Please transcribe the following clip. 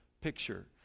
picture